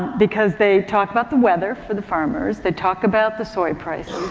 because they talk about the weather for the farmers, they talk about the soy prices,